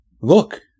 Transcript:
Look